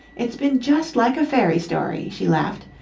it's been just like a fairy story, she laughed,